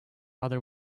other